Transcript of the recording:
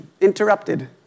interrupted